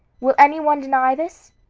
will any one deny this?